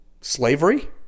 slavery